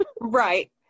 Right